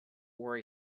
were